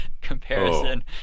comparison